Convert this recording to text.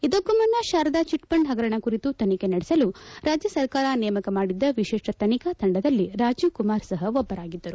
ಇದಕ್ಕೂ ಮುನ್ನ ಶಾರದಾ ಚಿಟ್ಫಂಡ್ ಹಗರಣ ಕುರಿತು ತನಿಖೆ ನಡೆಸಲು ರಾಜ್ಯ ಸರ್ಕಾರ ನೇಮಕ ಮಾಡಿದ್ದ ವಿಶೇಷ ತನಿಖಾ ತಂಡದಲ್ಲಿ ರಾಜೀವ್ಕುಮಾರ್ ಸಹ ಒಬ್ಬರಾಗಿದ್ದರು